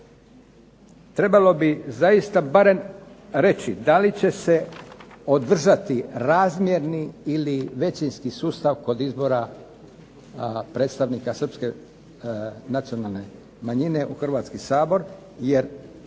trebalo bi zaista barem reći da li će se održati razmjerni ili većinski sustav kod izbora predstavnika srpske nacionalne manjine u Hrvatski sabor jer